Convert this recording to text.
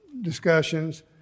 discussions